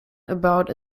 about